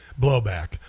blowback